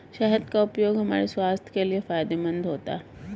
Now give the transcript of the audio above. शहद का उपयोग हमारे स्वास्थ्य के लिए फायदेमंद होता है